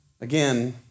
Again